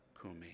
Kumi